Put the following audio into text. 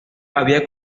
había